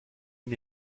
mir